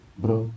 bro